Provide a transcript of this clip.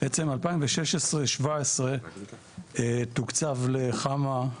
בעצם 2016-2017 תוקצב לכמה,